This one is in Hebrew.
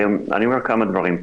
אני אומר כמה דברים.